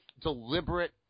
deliberate –